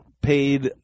paid